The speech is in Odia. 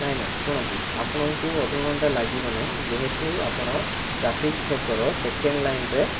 ନାଇଁ ନାଇଁ ଶୁଣନ୍ତୁ ଆପଣଙ୍କୁ ଅଧଘଣ୍ଟା ଲାଗିବ ନାହିଁ ଯେହେତୁ ଆପଣ ଟ୍ରାଫିକ୍ ଛକର ସେକେଣ୍ଡ ଲାଇନ୍ରେ